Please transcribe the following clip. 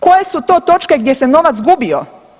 Koje su to točke gdje se novac gubio?